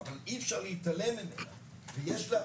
אבל אי אפשר להתעלם מההחלטה הזאת.